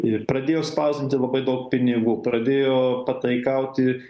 ir pradėjo spausdinti labai daug pinigų pradėjo pataikauti